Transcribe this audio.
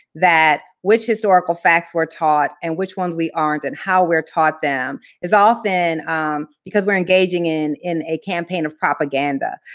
that which historical facts were taught and which ones we aren't, and how we're taught them is often because we're engaging in in a campaign of propaganda.